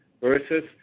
versus